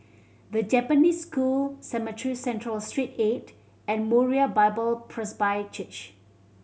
The Japanese School Cemetry Central Street Eight and Moriah Bible Presby Church